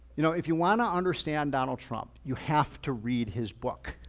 you know if you want to understand donald trump, you have to read his book,